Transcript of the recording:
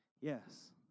Yes